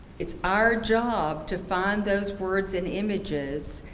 it's our job to find those words and images.